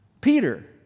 Peter